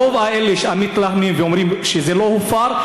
רוב המתלהמים ואומרים שזה לא הופר,